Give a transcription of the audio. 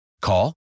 Call